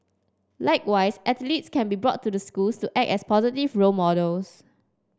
likewise athletes can also brought to the schools to act as positive role models